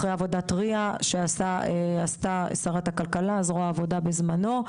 אחרי עבודה --- שעשתה שרת הכלכלה זרוע העבודה בזמנו.